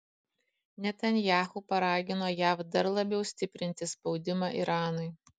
netanyahu paragino jav dar labiau stiprinti spaudimą iranui